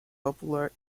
popular